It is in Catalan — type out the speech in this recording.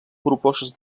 propostes